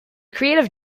creative